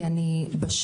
כי אני בשטח,